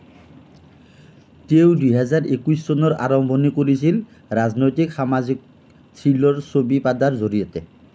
তেওঁ দুই হাজাৰ একৈশ চনৰ আৰম্ভণি কৰিছিল ৰাজনৈতিক সামাজিক থ্ৰিলাৰ ছবি পাডাৰ জৰিয়তে